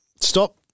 stop